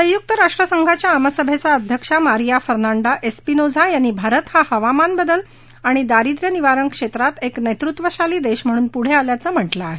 संयुक्त राष्ट्रसंघाच्या आमसभेच्या अध्यक्ष मारिया फर्नांडा एसपिनोझा यांनी भारत हा हवामान बदल आणि दारिद्रनिवारण क्षेत्रात एक नेतृत्वशाली देश म्हणून पुढं आल्यचं म्हटलय